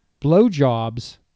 Blowjobs